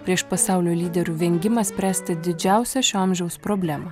prieš pasaulio lyderių vengimą spręsti didžiausią šio amžiaus problemą